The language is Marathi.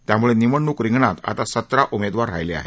त्यामुळे निवडणूक रिंगणात आता सतरा उमेदवार राहिले आहेत